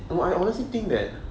I honestly think that